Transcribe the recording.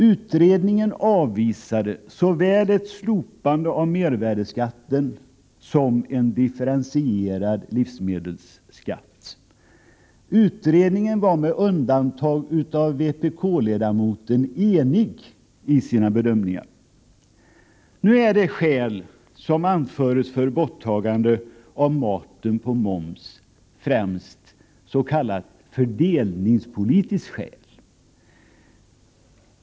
Utredningen avvisade såväl ett slopande av mervärdeskatten som en differentiering av livsmedelsmomsen. Utredningen var, med undantag av vpk-ledamoten, enig i sina bedömningar. Nu är de skäl som anförs för ett borttagande av momsen på mat främst ett s.k. fördelningspolitiskt skäl.